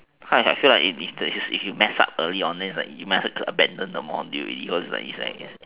kind of I feel like if you if you messed up early then you might as well abandon the module cause it's like